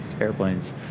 airplanes